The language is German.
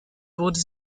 wurde